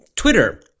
twitter